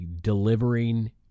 delivering